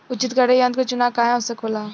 उचित कटाई यंत्र क चुनाव काहें आवश्यक होला?